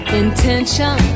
intention